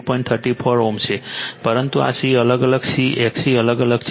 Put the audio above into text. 34 Ω છે પરંતુ આ C અલગ અલગ C XC અલગ અલગ છે